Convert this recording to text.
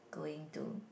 going to